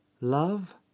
love